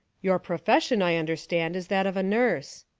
your profession, i understand, is that of a nurse,